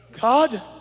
god